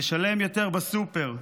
נשלם יותר בסופר,